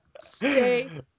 stay